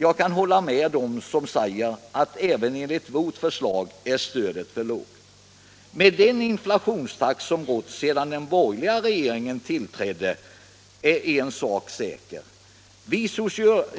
Jag kan hålla med dem som säger att stödet är för lågt även enligt vårt förslag. Med den inflationstakt som rått sedan den borgerliga regeringen tiliträdde är en sak säker: vi